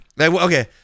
okay